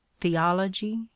theology